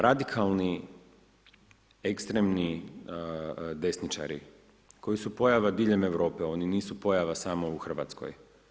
Radikalni ekstremni desničari koji su pojave diljem Europe, oni nisu pojava samo u Hrvatskoj.